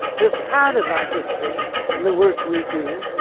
we are proud of our history and the work we do,